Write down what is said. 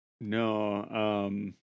No